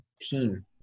team